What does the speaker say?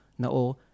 Na'o